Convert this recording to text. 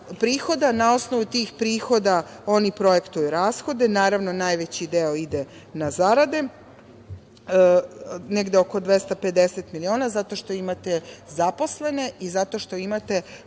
prihoda. Na osnovu tih prihoda oni projektuju rashode. Naravno, najveći deo ide na zarade, negde oko 250 miliona, zato što imate zaposlene i zato što imate